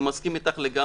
מסכים לגמרי.